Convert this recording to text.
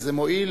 וזה מועיל,